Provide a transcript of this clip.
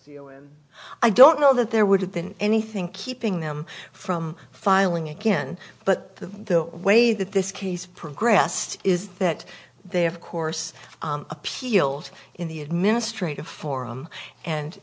doctors i don't know that there would have been anything keeping them from filing again but the way that this case progressed is that they have of course appealed in the administrative forum and